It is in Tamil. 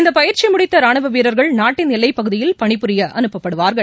இந்தப் பயிற்சி முடித்த ராணுவ வீரர்கள் நாட்டின் எல்லைப் பகுதியில் பணிபுரிய அனுப்ப்படுவார்கள்